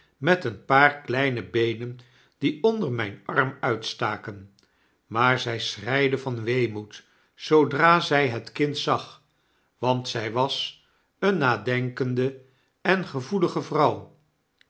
met een paar kleine beenen die onder mijn arm uitstaken maar zy schreide van weemoed zoodra zy het kind zag want zij was eene nadenkende en gevoelige vrouw